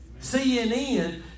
CNN